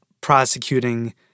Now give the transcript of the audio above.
prosecuting